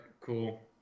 cool